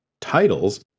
titles